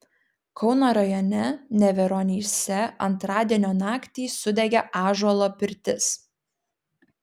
kauno rajone neveronyse antradienio naktį sudegė ąžuolo pirtis